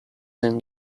and